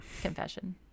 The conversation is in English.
Confession